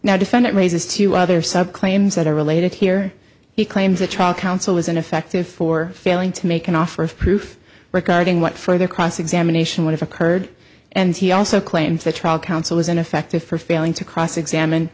now defendant raises two other subclans that are related here he claims a trial counsel was ineffective for failing to make an offer of proof regarding what further cross examination would have occurred and he also claims the trial counsel was ineffective for failing to cross examine